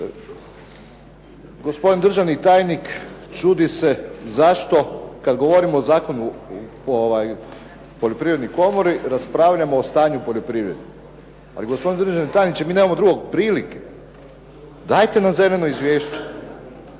Gospodin državni tajnik čudi se zašto, kada govorimo o Zakonu o poljoprivrednoj komori raspravljamo o stanju poljoprivrede. Ali gospodine državni tajniče, mi nemamo druge prilike, dajte nam zeleno izvješće,